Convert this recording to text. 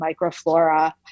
microflora